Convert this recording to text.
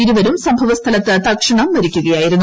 ഇരുവരും സംഭവസ്ഥലത്ത് തൽക്ഷണം മരിക്കുകയാ യിരുന്നു